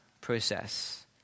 process